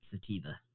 sativa